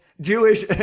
Jewish